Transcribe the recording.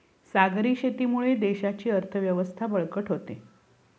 सागरी शेतीमुळे देशाची अर्थव्यवस्था बळकट होते